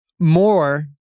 More